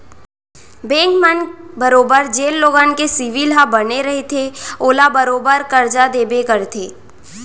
bank मन बरोबर जेन लोगन के सिविल ह बने रइथे ओला बरोबर करजा देबे करथे